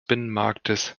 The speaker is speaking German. binnenmarktes